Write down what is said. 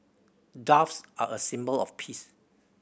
doves are a symbol of peace